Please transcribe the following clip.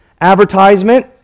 advertisement